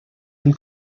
une